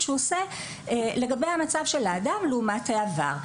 שהוא עושה לגבי המצב של האדם לעומת העבר.